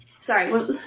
sorry